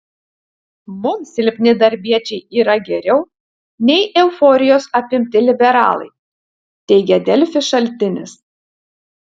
mums silpni darbiečiai yra geriau nei euforijos apimti liberalai teigė delfi šaltinis